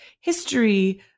history